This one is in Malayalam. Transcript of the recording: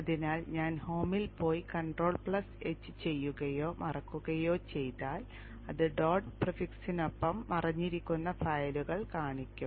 അതിനാൽ ഞാൻ ഹോമിൽ പോയി കൺട്രോൾH ചെയ്യുകയോ മറയ്ക്കുകകയോ ചെയ്താൽ അത് ഡോട്ട് പ്രിഫിക്സിനൊപ്പം മറഞ്ഞിരിക്കുന്ന ഫയലുകൾ കാണിക്കും